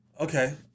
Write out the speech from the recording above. Okay